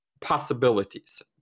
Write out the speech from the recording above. possibilities